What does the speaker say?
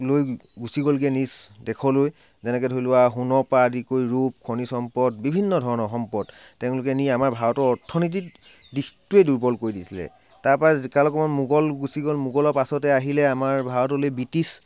লৈ গুছি গ'লগৈ নিজ দেশলৈ যেনেকৈ ধৰি লোৱা সোণৰপৰা আদি কৰি ৰূপ খনিজ সম্পদ বিভিন্ন ধৰণৰ সম্পদ তেওঁলোকে নি আমাৰ ভাৰতৰ অৰ্থনীতিত দিশটোৱে দূৰ্বল কৰি দিছিলে তাৰপৰা কালক্ৰমত মোগল গুছি গ'ল মোগলৰ পাছতে আহিলে আমাৰ ভাৰতলে ব্ৰিটিছ